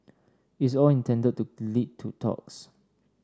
it's all intended to lead to talks